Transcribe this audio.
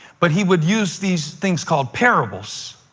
but he would use these things called parables.